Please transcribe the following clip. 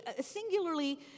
singularly